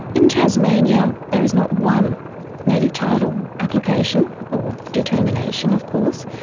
in tasmania there is not one native title application or determination of course.